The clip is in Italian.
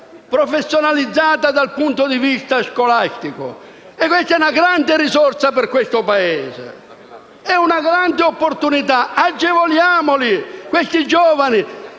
professionalizzata dal punto di vista scolastico. Si tratta di una grande risorsa per il Paese, di una grande opportunità. Agevoliamo questi giovani!